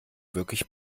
wirklich